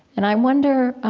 and i wonder,